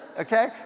Okay